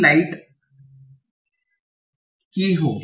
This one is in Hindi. light की होगी